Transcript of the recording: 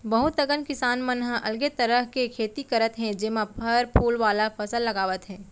बहुत अकन किसान मन ह अलगे तरह के खेती करत हे जेमा फर फूल वाला फसल लगावत हे